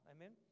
Amen